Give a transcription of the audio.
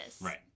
Right